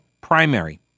primary